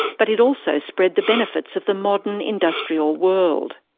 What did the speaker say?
but it also spread the benefits of the modern industrial world.